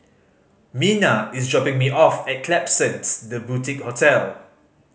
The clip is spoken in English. Mina is dropping me off at Klapsons The Boutique Hotel